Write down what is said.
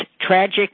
tragic